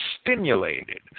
stimulated